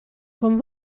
con